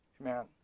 amen